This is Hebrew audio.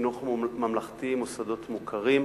חינוך ממלכתי (מוסדות מוכרים).